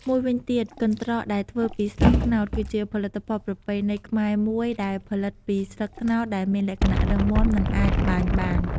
មួយវិញទៀត កន្ដ្រកដែលធ្វើពីស្លឹកត្នោត គឺជាផលិតផលប្រពៃណីខ្មែរមួយ ដែលផលិតពីស្លឹកត្នោតដែលមានលក្ខណៈរឹងមាំ និងអាចត្បាញបាន។